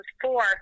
four